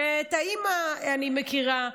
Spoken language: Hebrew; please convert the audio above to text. את האימא אני מכירה,